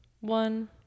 one